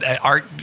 art